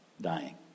dying